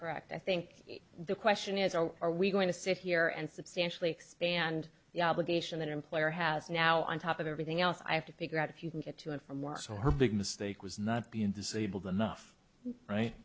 correct i think the question is are we going to sit here and substantially expand the obligation an employer has now on top of everything else i have to figure out if you can get to and from work so her big mistake was not being disabled enough right